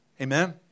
Amen